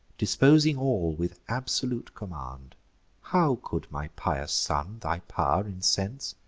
disposing all with absolute command how could my pious son thy pow'r incense?